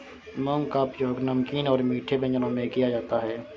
मूंग का उपयोग नमकीन और मीठे व्यंजनों में किया जाता है